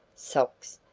socks,